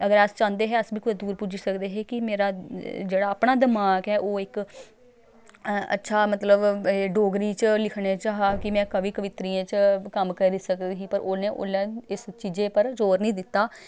अगर अस चांह्दे हे अस बी कुतै दूर पुज्जी सकदे हे कि मेरा जेह्ड़ा अपना दमाक ऐ ओह् इक अच्छा मतलब डोगरी च लिखने च हा कि में कवि कवित्रियें च कम्म करी सकदी ही पर उ'नें ओल्लै इस चीजै पर जोर निं दित्ता